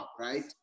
right